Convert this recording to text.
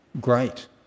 Great